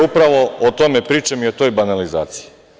Upravo o tome pričam i o toj banalizaciji.